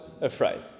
afraid